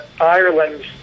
Ireland